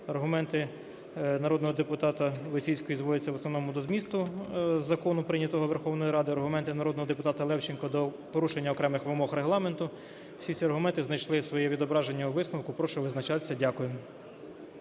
Аргументи народного депутата Войціцької зводяться в основному до змісту закону, прийнятого Верховною Радою, аргументи народного депутата Левченка – до порушення окремих вимог Регламенту. Всі ці аргументи знайшли своє відображення у висновку. Прошу визначатися. Дякую.